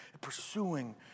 pursuing